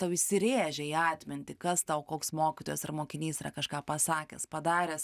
tau įsirėžė į atmintį kas tau koks mokytojas ar mokinys yra kažką pasakęs padaręs